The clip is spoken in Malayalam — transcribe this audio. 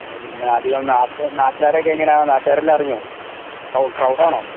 ആ പിന്നെ അധികം നാട്ട് നാട്ടുകാർ ഒക്കെ എങ്ങനെയാണ് നാട്ടുകാർ എല്ലാം അറിഞ്ഞോ ഓ ക്രൗഡ് ആണോ